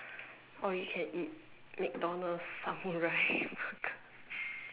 or you can eat McDonald's Samurai burger